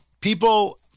People